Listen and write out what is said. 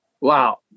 wow